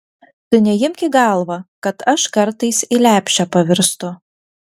tu neimk į galvą kad aš kartais į lepšę pavirstu